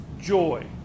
joy